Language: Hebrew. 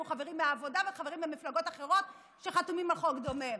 כמו חברים מהעבודה וחברים ממפלגות אחרות שחתומים על חוק דומה.